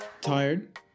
tired